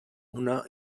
una